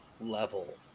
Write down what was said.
level